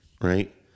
right